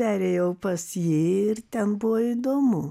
perėjau pas jį ir ten buvo įdomu